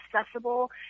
accessible